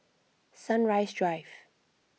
Sunrise Drive